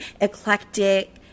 eclectic